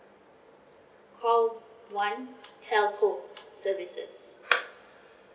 call one telco services